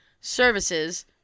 services